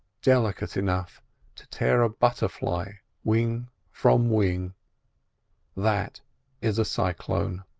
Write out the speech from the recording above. delicate enough to tear a butterfly wing from wing that is a cyclone.